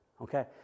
Okay